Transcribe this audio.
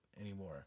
anymore